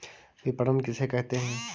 विपणन किसे कहते हैं?